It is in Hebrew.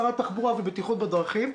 שר התחבורה והבטיחות בדרכים,